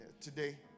today